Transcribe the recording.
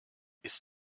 ist